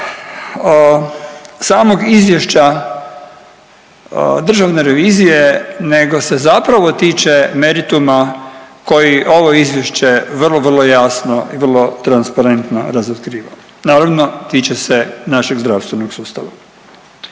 samog izvješća Državne revizije nego se zapravo tiče merituma koje ovo izvješće vrlo, vrlo jasno i vrlo transparentno razotkriva, naravno tiče se našeg zdravstvenog sustava.